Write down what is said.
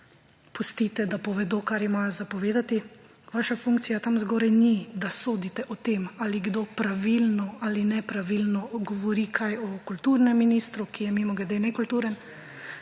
pustite, da povedo kar imajo za povedati. Vaša funkcija tam zgoraj ni da sodite o tem ali kdo pravilno ali nepravilno govori kaj o kulturnem ministru, ki je, mimogrede, nekulturen.